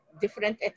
different